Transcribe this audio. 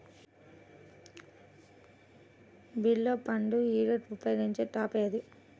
బీరలో పండు ఈగకు ఉపయోగించే ట్రాప్ ఏది?